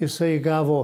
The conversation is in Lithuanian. jisai gavo